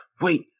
Wait